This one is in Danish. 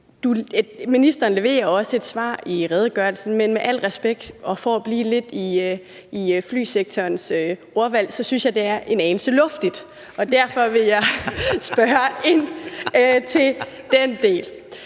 Ministeren leverer også et svar i redegørelsen, men med al respekt og for at blive lidt i flysektorens ordvalg synes jeg, det er en anelse luftigt. Derfor vil jeg spørge ind til den del.